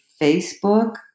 Facebook